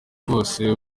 rwose